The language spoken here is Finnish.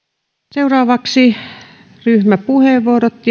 seuraavaksi ryhmäpuheenvuorot